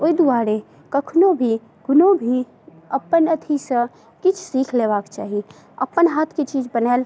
ओइ दुआरे कखनो भी कोनो भी अपन अथीसँ किछु सीख लेबाक चाही अपन हाथके चीज बनायल